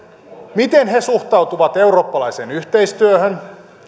miten he suhtautuvat eurooppalaiseen yhteistyöhön